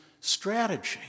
strategy